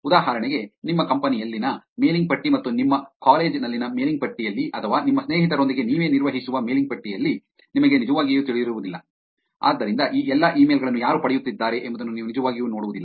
ಉದಾಹರಣೆಗೆ ನಿಮ್ಮ ಕಂಪನಿ ಯಲ್ಲಿನ ಮೇಲಿಂಗ್ ಪಟ್ಟಿ ಮತ್ತು ನಿಮ್ಮ ಕಾಲೇಜಿ ನಲ್ಲಿನ ಮೇಲಿಂಗ್ ಪಟ್ಟಿಯಲ್ಲಿ ಅಥವಾ ನಿಮ್ಮ ಸ್ನೇಹಿತರೊಂದಿಗೆ ನೀವೇ ನಿರ್ವಹಿಸುವ ಮೇಲಿಂಗ್ ಪಟ್ಟಿಯಲ್ಲಿ ನಿಮಗೆ ನಿಜವಾಗಿಯೂ ತಿಳಿದಿರುವುದಿಲ್ಲ ಆದ್ದರಿಂದ ಈ ಎಲ್ಲಾ ಇಮೇಲ್ ಗಳನ್ನು ಯಾರು ಪಡೆಯುತ್ತಿದ್ದಾರೆ ಎಂಬುದನ್ನು ನೀವು ನಿಜವಾಗಿಯೂ ನೋಡುವುದಿಲ್ಲ